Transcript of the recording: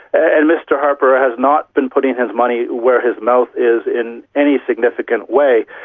and mr harper has not been putting his money where his mouth is in any significant way.